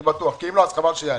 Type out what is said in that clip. אני בטוח, כי אם לא חבל שיעלה.